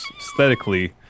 Aesthetically